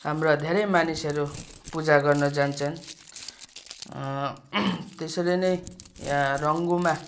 हाम्रा धेरै मानिसहरू पूजा गर्न जान्छन त्यसरी नै यहाँ रङ्गोमा